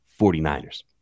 49ers